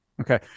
Okay